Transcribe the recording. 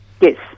Yes